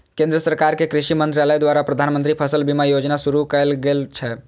केंद्र सरकार के कृषि मंत्रालय द्वारा प्रधानमंत्री फसल बीमा योजना शुरू कैल गेल छै